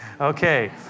Okay